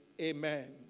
Amen